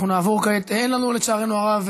אין לנו, לצערנו הרב,